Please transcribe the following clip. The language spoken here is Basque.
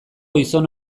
gizon